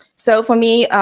so, for me,